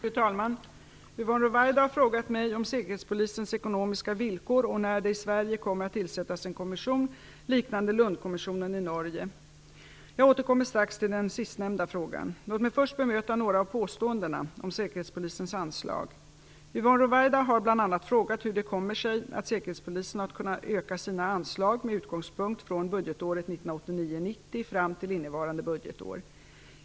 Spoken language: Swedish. Fru talman! Yvonne Ruwaida har frågat mig om säkerhetspolisens ekonomiska villkor och när det i Sverige kommer att tillsättas en kommission liknande Lundkommissionen i Norge. Jag återkommer strax till den sistnämnda frågan. Låt mig först bemöta några av påståendena om säkerhetspolisens anslag. Yvonne Ruwaida har bl.a. frågat hur det kommer sig att säkerhetspolisen har kunnat öka sina anslag med utgångspunkt från budgetåret 1989/90 fram till innevarande budgetår.